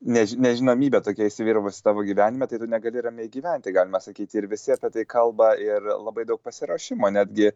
než nežinomybė tokia įsivyravus tavo gyvenime tai tu negali ramiai gyventi galima sakyti ir visi apie tai kalba ir labai daug pasiruošimo netgi